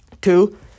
Two